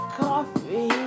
coffee